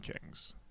kings